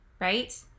right